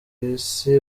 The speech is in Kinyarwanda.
isi